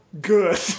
good